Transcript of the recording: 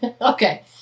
okay